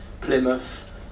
Plymouth